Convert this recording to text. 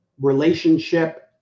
relationship